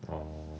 orh